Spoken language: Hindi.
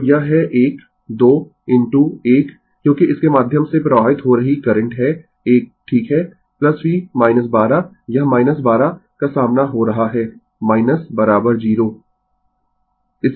तो यह है 1 2 इनटू 1 क्योंकि इसके माध्यम से प्रवाहित हो रही करंट है 1 ठीक है v 12 यह 12 का सामना हो रहा है 0